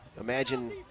imagine